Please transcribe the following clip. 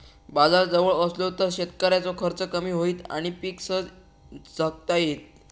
बाजार जवळ असलो तर शेतकऱ्याचो खर्च कमी होईत आणि पीक सहज इकता येईत